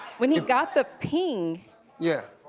when he got the ping yeah.